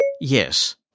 Yes